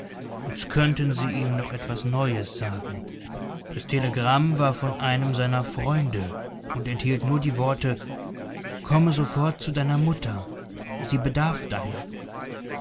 als könnten sie ihm noch etwas neues sagen das telegramm war von einem seiner freunde und enthielt nur die worte komme sofort zu deiner mutter sie bedarf deiner